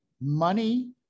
money